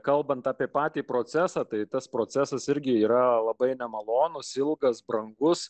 kalbant apie patį procesą tai tas procesas irgi yra labai nemalonūs ilgas brangus